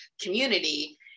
community